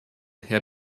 herr